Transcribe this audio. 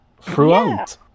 Throughout